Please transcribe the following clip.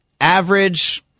Average